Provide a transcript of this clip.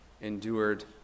endured